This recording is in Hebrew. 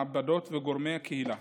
מעבדות וגורמי קהילה